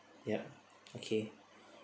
ya okay